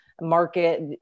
market